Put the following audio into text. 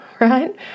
right